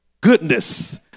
goodness